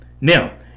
now